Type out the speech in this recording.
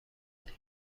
دهیم